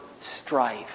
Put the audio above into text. strife